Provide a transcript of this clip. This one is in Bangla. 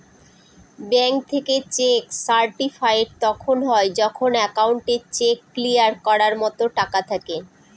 ব্যাঙ্ক থেকে চেক সার্টিফাইড তখন হয় যখন একাউন্টে চেক ক্লিয়ার করার মতো টাকা থাকে